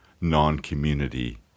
non-community